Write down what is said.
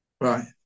right